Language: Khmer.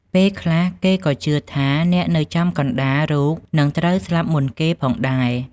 ពេលខ្លះ គេក៏ជឿថាអ្នកនៅចំកណ្តាលរូបនឹងត្រូវស្លាប់មុនគេផងដែរ។